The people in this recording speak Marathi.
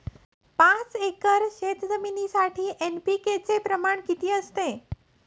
पाच एकर शेतजमिनीसाठी एन.पी.के चे प्रमाण किती असते?